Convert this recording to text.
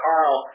Carl